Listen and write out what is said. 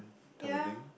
ya